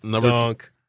Dunk